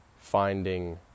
finding